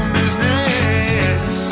business